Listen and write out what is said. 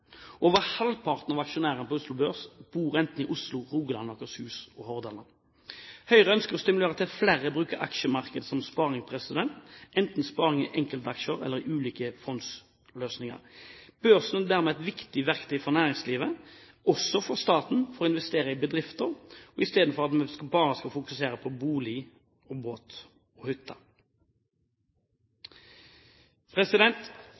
over halvparten bor enten i Oslo, Rogaland, Akershus eller Hordaland. Høyre ønsker å stimulere til at flere bruker aksjemarkedet som sparing – enten sparing i enkeltaksjer eller i ulike fondsløsninger. Børsen er et viktig verktøy for næringslivet, og også for staten, for å investere i bedrifter istedenfor at en bare skal fokusere på bolig, båt og hytte. Aksjene i Oslo Børs er fritt omsettelige og